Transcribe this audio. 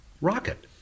rocket